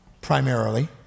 primarily